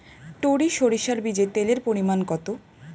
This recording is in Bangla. টরি সরিষার বীজে তেলের পরিমাণ কত?